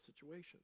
situations